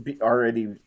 already –